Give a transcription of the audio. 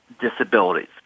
disabilities